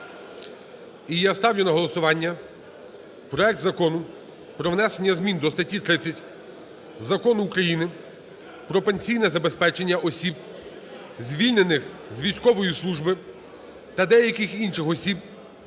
І я ставлю на голосування проект Закону про внесення змін до статті 30 Закону України "Про пенсійне забезпечення осіб, звільнених з військової служби, та деяких інших осіб"